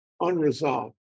unresolved